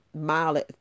mile